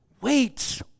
wait